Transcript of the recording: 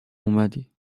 اومدی